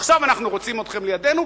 עכשיו אנחנו רוצים אתכם לידנו,